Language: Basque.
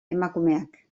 emakumeak